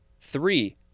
Three